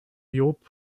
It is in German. job